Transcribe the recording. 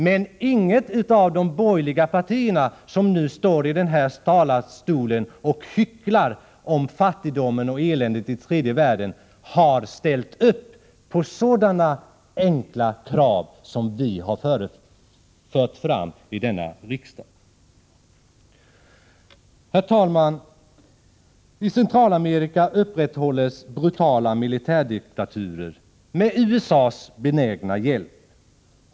Men inget av de borgerliga partierna, vars representanter nu från denna talarstol hycklar om fattigdomen och eländet i tredje världen, har ställt upp på sådana enkla krav som vi har fört fram i riksdagen. Herr talman! I Centralamerika upprätthålls brutala militärdiktaturer med USA:s benägna hjälp.